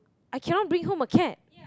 I cannot bring home a cat